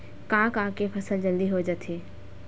का का के फसल जल्दी हो जाथे?